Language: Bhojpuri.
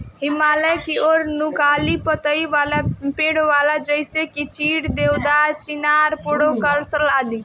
हिमालय की ओर नुकीला पतइ वाला पेड़ होला जइसे की चीड़, देवदार, चिनार, पोड़ोकार्पस आदि